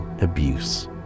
abuse